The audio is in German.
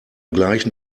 gleichen